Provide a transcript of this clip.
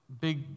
big